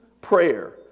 prayer